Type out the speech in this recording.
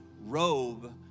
robe